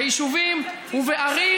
ביישובים ובערים.